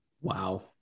wow